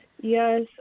Yes